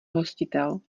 hostitel